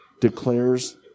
declares